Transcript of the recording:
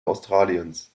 australiens